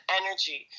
energy